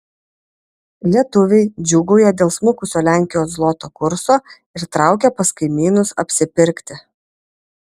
lietuviai džiūgauja dėl smukusio lenkijos zloto kurso ir traukia pas kaimynus apsipirkti